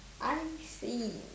I_C